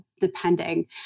depending